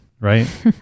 Right